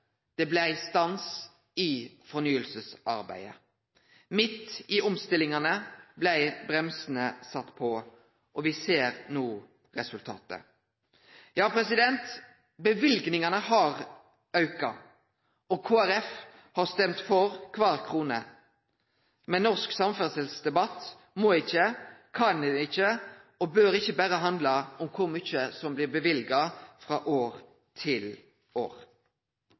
Det blei stans i fornyingsarbeidet. Midt i omstillingane blei bremsane sette på, og me ser no resultatet. Ja, løyvingane har auka, og Kristeleg Folkeparti har stemt for kvar krone. Men norsk samferdselsdebatt må ikkje, kan ikkje og bør ikkje berre handle om kor mykje som blir løyvd frå år til år.